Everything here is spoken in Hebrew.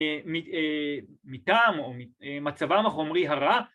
‫מטעם או מצבם החומרי הרע.